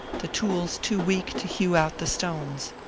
the tools too weak to hew out the stones.